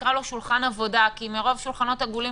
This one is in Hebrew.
נקרא לו שולחן עבודה כי מרוב שולחנות עגולים